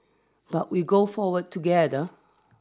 but we go forward together